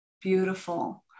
Beautiful